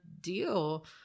deal